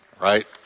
right